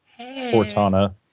Cortana